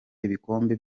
ibikombe